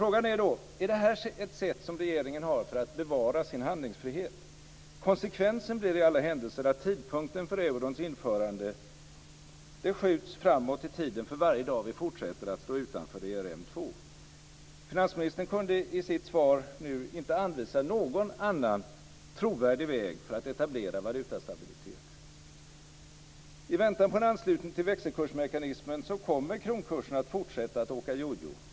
Frågan är då: Är detta ett sätt som regeringen har för att bevara sin handlingsfrihet? Konsekvensen blir i alla händelser att tidpunkten för eurons införande skjuts framåt i tiden för varje dag vi fortsätter att stå utanför ERM2. Finansministern kunde i sitt svar nu inte anvisa någon annan trovärdig väg för att etablera valutastabilitet. I väntan på en anslutning till växelkursmekanismen kommer kronkursen att fortsätta att åka jojo.